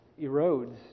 erodes